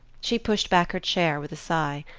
she pushed back her chair with a sigh.